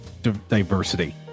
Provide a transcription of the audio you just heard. diversity